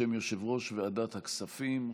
בשם יושב-ראש ועדת הכספים,